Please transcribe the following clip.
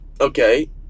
Okay